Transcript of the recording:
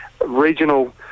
regional